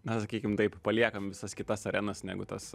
na sakykim taip paliekam visas kitas arenas negu tas